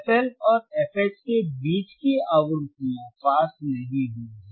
fL और fH के बीच की आवृत्तियाँ पास नहीं होंगी